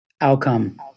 outcome